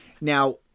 Now